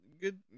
Good